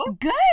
Good